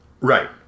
Right